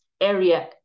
area